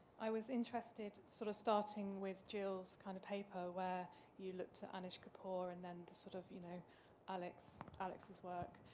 i was interested sort of starting with jill's kind of paper where you looked at anish kapoor and then, sort of you know alex's alex's work.